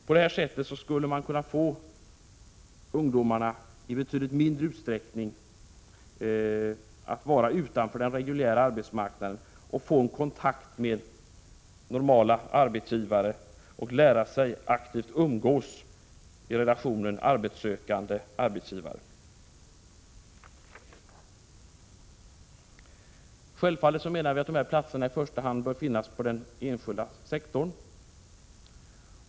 På det här sättet skulle man kunna få ungdomarna att i betydligt mindre utsträckning stå utanför den reguljära arbetsmarknaden och hjälpa dem att få kontakt med normala arbetsgivare och lära sig aktivt umgås i relationen arbetssökande-arbetsgivare. Självfallet menar vi att dessa platser i första hand bör finnas på den enskilda sektorn.